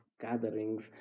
gatherings